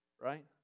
right